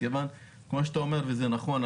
מכיוון שכמו שאתה אומר וזה נכון,